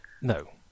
No